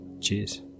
Cheers